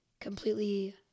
completely